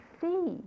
see